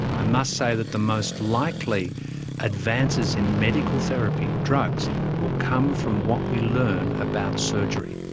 i must say that the most likely advances in medical therapy drugs will come from what we learn about surgery.